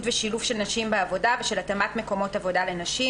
ושילוב של נשים בעבודה ושל התאמת מקומות עבודה לנשים